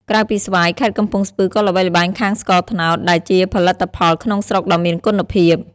ក្រៅពីស្វាយ ខេត្តកំពង់ស្ពឺក៏ល្បីល្បាញខាងស្ករត្នោត ដែលជាផលិតផលក្នុងស្រុកដ៏មានគុណភាព។